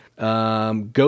Go